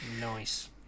Nice